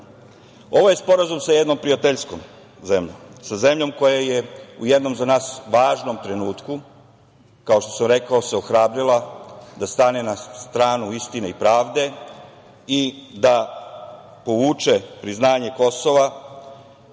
je sporazum sa jednom prijateljskom zemljom, sa zemljom koja je u jednom za nas važnom trenutku, kao što sam rekao, se ohrabrila da stane na stranu istine i pravde i da povuče priznanje Kosova